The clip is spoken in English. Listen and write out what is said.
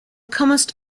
comest